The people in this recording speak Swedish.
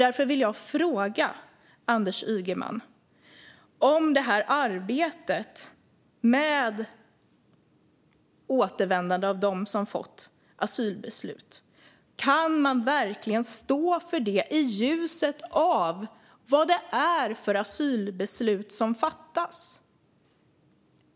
Därför frågar jag Anders Ygeman: Kan regeringen verkligen stå för arbetet med återvändandet i ljuset av vad det är för asylbeslut som fattas?